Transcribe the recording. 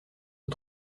les